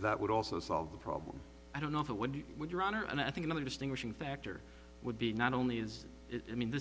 that would also solve the problem i don't offer when you would your honor and i think another distinguishing factor would be not only is it i mean this